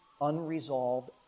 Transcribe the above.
unresolved